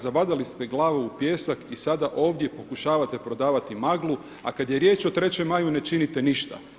Zabadali ste glavu u pijesak i sada ovdje pokušavate prodavati maglu, a kad je riječ o 3. maju ne činite ništa.